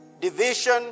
division